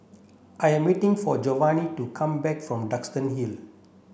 I am waiting for Jovanni to come back from Duxton Hill